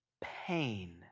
pain